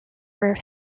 were